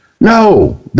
No